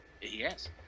Yes